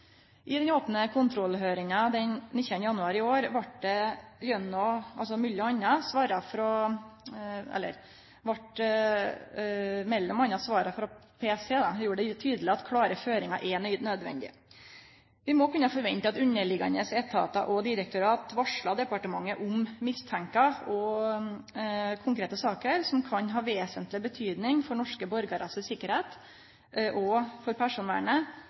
I den opne kontrollhøyringa den 19. januar i år gjorde PST det tydeleg at klare føringar er nødvendige. Vi må kunne forvente at underliggjande etatar og direktorat varslar departementet om mistankar eller konkrete saker som kan ha vesentleg betydning for norske borgarar si sikkerheit og for personvernet,